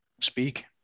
speak